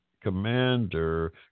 commander